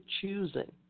choosing